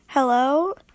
Hello